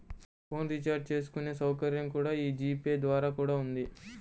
phone recharge చేసుకునే సౌకర్యం కూడా యీ జీ పే ద్వారా కూడా ఉంది